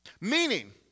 Meaning